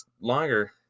longer